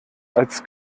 als